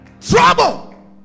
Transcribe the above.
Trouble